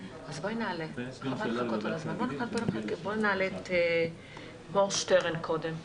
אני לא חושבת שצריך להמשיך את הדיון אם עולה כזאת טענה.